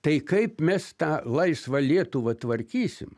tai kaip mes tą laisvą lietuvą tvarkysim